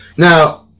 Now